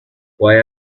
why